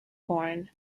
corn